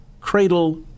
cradle